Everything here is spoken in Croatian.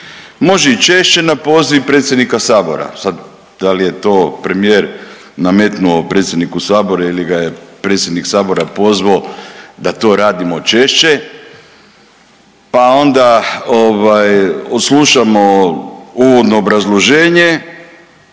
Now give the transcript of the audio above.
može i češće na poziv predsjednika Sabora. Sad da li je to premijer nametnuo predsjedniku Sabora ili ga je predsjednik Sabora pozvao da to radimo češće pa onda slušamo uvodno obrazloženje,